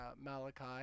Malachi